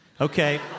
Okay